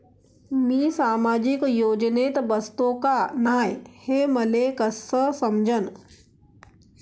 मी सामाजिक योजनेत बसतो का नाय, हे मले कस समजन?